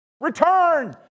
return